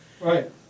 Right